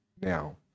Now